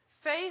faith